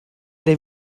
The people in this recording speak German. der